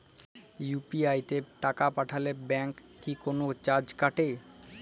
UPI তে টাকা পাঠালে ব্যাংক কি কোনো চার্জ কাটে?